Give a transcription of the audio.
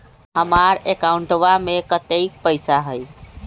हमार अकाउंटवा में कतेइक पैसा हई?